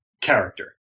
character